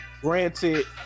Granted